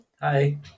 Hi